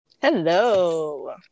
Hello